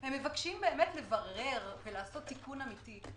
הם מבקשים לברר ולעשות תיקון אמיתי.